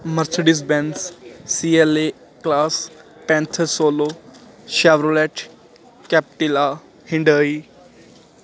Mercedes Benz CLA class ਪੈਥ ਸੋਲੋ Chevrolet Captiva Hyundai